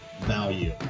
value